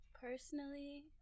Personally